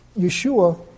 Yeshua